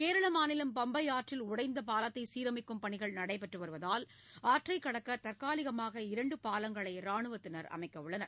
கேரள மாநிலம் பம்பை ஆற்றில் உடைந்த பாலத்தை சீரமைக்கும் பணிகள் நடைபெற்று வருவதால் ஆற்றைக் கடக்க தற்காலிகமாக இரண்டு பாலங்களை ராணுவத்தினர் அமைக்கவுள்ளனர்